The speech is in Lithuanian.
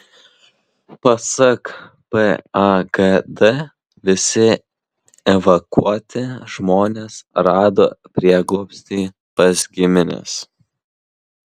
pasak pagd visi evakuoti žmonės rado prieglobstį pas gimines